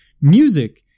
music